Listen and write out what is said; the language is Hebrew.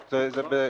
אי-המעבר?